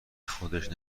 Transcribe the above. خودش